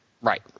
Right